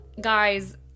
Guys